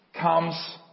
comes